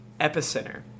epicenter